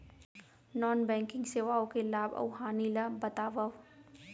non banking सेवाओं के लाभ अऊ हानि ला बतावव